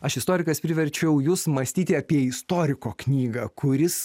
aš istorikas priverčiau jus mąstyti apie istoriko knygą kuris